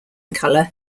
color